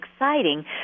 exciting